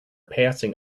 passing